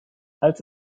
als